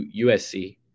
USC